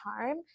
charm